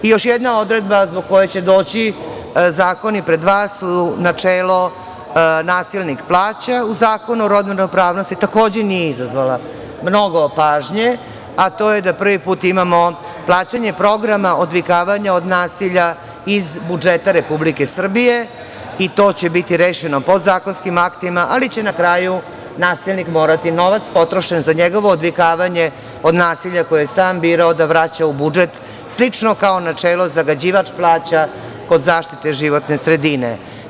Još jedna odredba zbog koje će doći zakoni su pred vas su načelo - nasilnik plaća u Zakonu o rodnoj ravnopravnosti, takođe nije izazvala mnogo pažnje, a to je da prvi put imamo plaćanje programa odvikavanja od nasilja iz budžeta Republike Srbije i to će biti rešeno podzakonskim aktima, ali će na kraju nasilnik morati novac potrošen za njegovo odvikavanje od nasilja koje je sam birao da vraća u budžet, slično kao načelo - zagađivač plaća kod zaštite životne sredine.